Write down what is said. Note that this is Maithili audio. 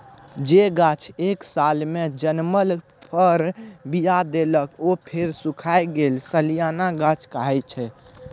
जे गाछ एक सालमे जनमल फर, बीया देलक आ फेर सुखाए गेल सलियाना गाछ कहाइ छै